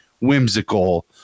whimsical